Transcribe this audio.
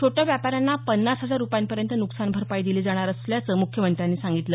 छोट्या व्यापाऱ्यांना पन्नास हजार रुपयांपर्यंत नुकसान भरपाई दिली जाणार असल्याचं मुख्यमंत्र्यांनी सांगितलं